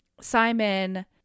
Simon